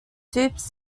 soups